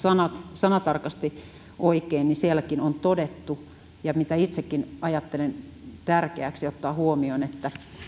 sanatarkasti oikein on todettu ja mitä itsekin ajattelen tärkeäksi ottaa huomioon että